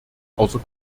außer